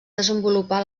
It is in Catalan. desenvolupar